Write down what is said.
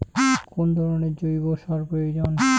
কোন ধরণের জৈব সার প্রয়োজন?